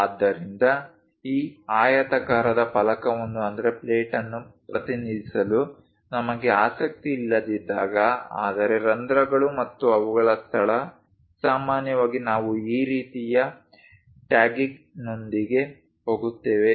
ಆದ್ದರಿಂದ ಈ ಆಯತಾಕಾರದ ಫಲಕವನ್ನು ಪ್ರತಿನಿಧಿಸಲು ನಮಗೆ ಆಸಕ್ತಿ ಇಲ್ಲದಿದ್ದಾಗ ಆದರೆ ರಂಧ್ರಗಳು ಮತ್ತು ಅವುಗಳ ಸ್ಥಳ ಸಾಮಾನ್ಯವಾಗಿ ನಾವು ಈ ರೀತಿಯ ಟ್ಯಾಗಿಂಗ್ನೊಂದಿಗೆ ಹೋಗುತ್ತೇವೆ